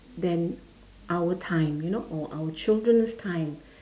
than our time you know or our children's time